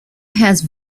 has